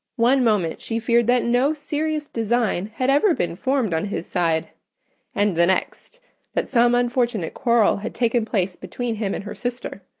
one moment she feared that no serious design had ever been formed on his side and the next that some unfortunate quarrel had taken place between him and her sister